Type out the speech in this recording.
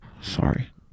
Sorry